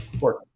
work